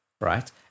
right